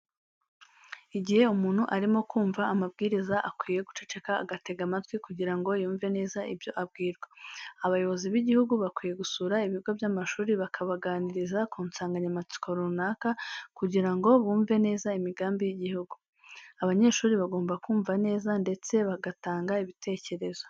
Igihe umuntu arimo kumva amabwiriza akwiye guceceka agatega amatwi kugira ngo yumve neza ibyo abwirwa. Abayobozi b'igihugu bakwiye gusura ibigo by'amashuri bakabaganiriza ku nsanganyamatsiko runaka kugira ngo bumve neza imigambi y'igihugu. Abanyeshuri bagomba kumva neza ndetse bagatanga ibitekerezo.